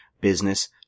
business